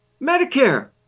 Medicare